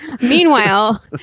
Meanwhile